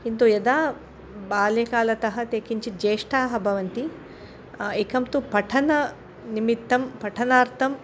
किन्तु यदा बाल्यकालतः ते किञ्चित् जेष्टाः भवन्ति एकं तु पठननिमित्तं पठनार्थम्